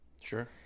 Sure